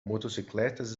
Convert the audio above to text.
motocicletas